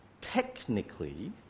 technically